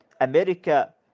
America